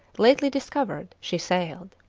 lately discovered, she sailed.